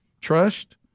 trust